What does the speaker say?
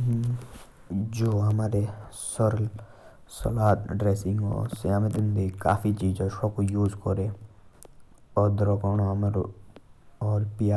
जो अमरो माइक्रोवेव ह। तेत पुंद जे ठंडे चीज भी डल्ले। तो से गरम जाओ होइ। तेटका यूसे हामे ठंडे